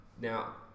Now